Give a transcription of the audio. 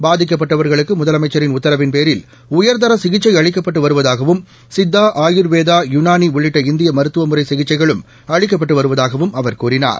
பாதிக்கப்பட்டவர்களுக்குழுதலமைச்சரின் உத்தரவின்பேரில் உயர்தரசிகிச்சைஅளிக்கப்பட்டுவருவதாகவும் சித்தா ஆயுர்வேதா யுனானிஉள்ளிட்ட இந்தியமருத்துவமுறைசிகிச்சைகளும் அளிக்கப்பட்டுவருவதாகவும்அவர் கூறினார்